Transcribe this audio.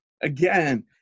again